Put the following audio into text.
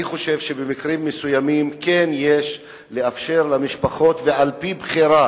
אני חושב שבמקרים מסוימים כן יש לאפשר למשפחות ועל-פי בחירה